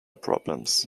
problems